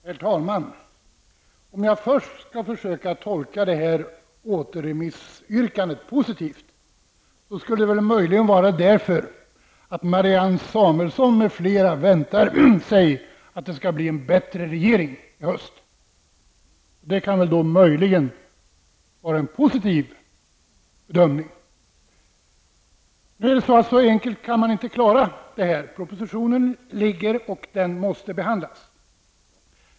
Herr talman! Om jag först skall försöka tolka återremissyrkandet positivt, skulle det möjligen vara därför att Marianne Samuelsson m.fl. väntar sig att det skall bli en bättre regering i höst. Det kan möjligen vara en positiv bedömning. Så enkelt går det inte att klara detta. Propositionen har lagts, och den måste behandlas.